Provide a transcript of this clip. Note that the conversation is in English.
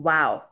Wow